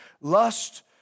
Lust